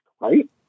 right